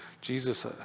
Jesus